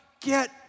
get